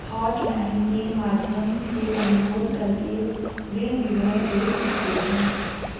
hotline के माध्यम से अनुरोध करके ऋण विवरण देख सकते है